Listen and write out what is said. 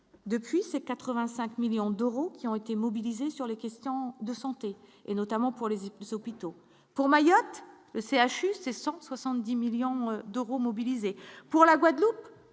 Depuis ses 85 millions d'euros qui ont été mobilisés sur les questions de santé et notamment pour les puisse hôpitaux. Pour Mayotte le CHU, c'est 170 millions d'euros mobilisés pour la Guadeloupe,